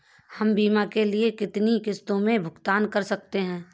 हम बीमा के लिए कितनी किश्तों में भुगतान कर सकते हैं?